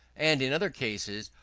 and in other cases,